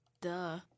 Duh